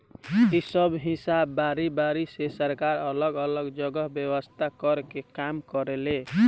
इ सब हिसाब बारी बारी से सरकार अलग अलग जगह व्यवस्था कर के काम करेले